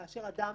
כאשר אדם